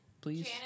Please